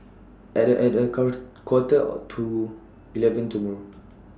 At A At A count Quarter to eleven tomorrow